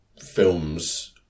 films